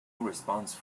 response